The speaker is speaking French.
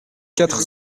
quatre